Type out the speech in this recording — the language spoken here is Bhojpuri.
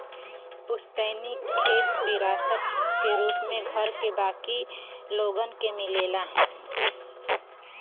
पुस्तैनी खेत विरासत क रूप में घर क बाकी लोगन के मिलेला